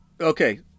Okay